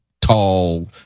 Tall